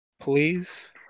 Please